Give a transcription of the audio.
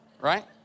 right